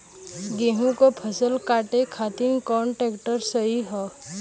गेहूँक फसल कांटे खातिर कौन ट्रैक्टर सही ह?